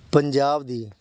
Punjab ਦੀ